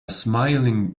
smiling